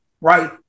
right